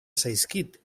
zaizkit